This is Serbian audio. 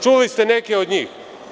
Čuli ste neke od njih.